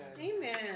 Amen